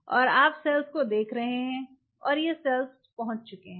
और आप सेल देख रहे हैं और ये सेल पहुँच चुके हैं